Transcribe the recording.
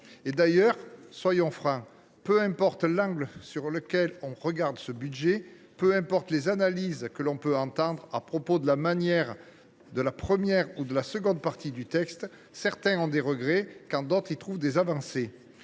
prononcer. Soyons francs : peu importe l’angle avec lequel l’on examine ce budget, peu importent les analyses que l’on peut entendre à propos de la première ou de la seconde partie du texte, certains ont des regrets, quand d’autres y trouvent des avancées.